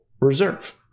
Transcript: Reserve